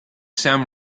sam